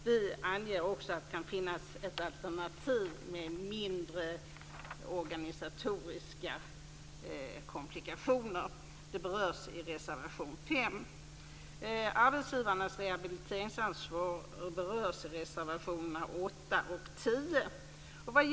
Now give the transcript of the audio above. Vi anger också att det kan finnas ett alternativ med mindre organisatoriska komplikationer. Det berörs i reservation 5. Arbetsgivarnas rehabiliteringsansvar berörs i reservationerna 8 och 10.